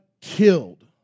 killed